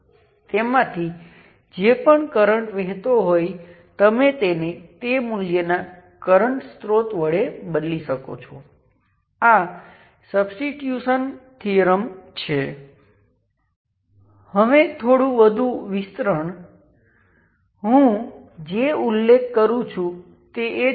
તેથી એ જ રીતે બીજા કિસ્સામાં V1 અને V2 એ I1 અને I2 ના લિનિયર કોમ્બિનેશન હશે અને તમે લિનિયર કોમ્બિનેશનમાં દેખાતા ફેક્ટર નો ઉલ્લેખ કર્યો છે